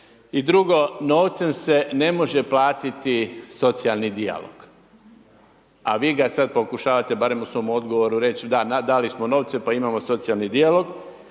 I drugo, novcem se ne može platiti socijalni dijalog a vi ga sada pokušavate barem u svom odgovoru reći, da dali smo novce pa imamo socijalni dijalog.